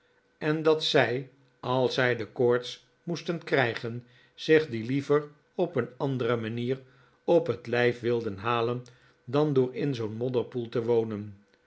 en dat zij als zij de koorts moesten krijgen zich die liever op een andere manier op het lijf wilden halen dan door in zoo'n modderpoel te wonen